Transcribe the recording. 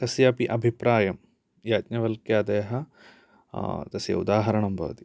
कस्यापि अभिप्रायं याज्ञवल्क्यादयः तस्य उदाहरणं भवति